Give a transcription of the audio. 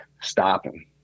stopping